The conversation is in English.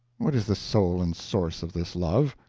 what is the soul and source of this love?